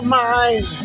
mind